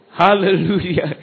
Hallelujah